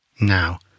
Now